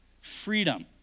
Freedom